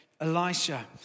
Elisha